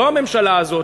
לא הממשלה הזאת,